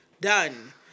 Done